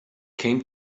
came